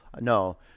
no